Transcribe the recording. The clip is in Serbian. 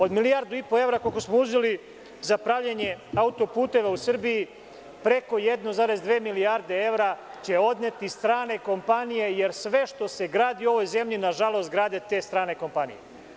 Od milijardu i po evra, koliko smo uzeli za pravljenje auto-puteva u Srbiji, preko 1,2 milijarde evra će odneti strane kompanije, jer sve što se gradi u ovoj zemlji, nažalost grade te strane kompanije.